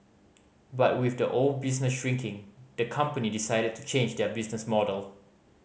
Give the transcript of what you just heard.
but with the old business shrinking the company decided to change their business model